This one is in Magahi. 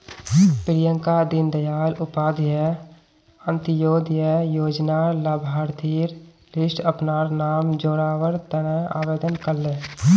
प्रियंका दीन दयाल उपाध्याय अंत्योदय योजनार लाभार्थिर लिस्टट अपनार नाम जोरावर तने आवेदन करले